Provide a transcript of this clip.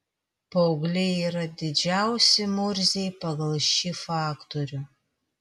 paaugliai yra didžiausi murziai pagal šį faktorių